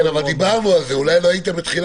אבל אם זאת הכוונה, עם זה אני הולך קדימה.